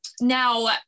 now